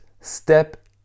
step